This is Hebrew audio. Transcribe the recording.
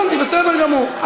אני בסדר גמור.